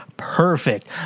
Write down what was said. perfect